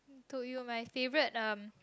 told you my favorite um